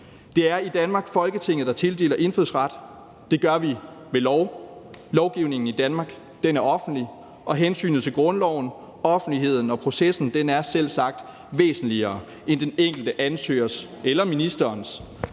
Det er i Danmark Folketinget, der tildeler indfødsret. Det gør vi ved lov. Lovgivningen i Danmark er offentlig, og hensynet til grundloven, offentligheden og processen er selvsagt væsentligere end den enkelte ansøgers eller ministerens